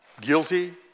guilty